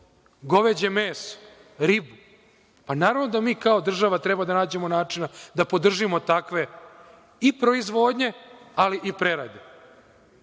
goveđe meso, ribu, pa, naravno da mi kao država treba da nađemo načina da podržimo takve i proizvodnje, ali i prerade. Čuo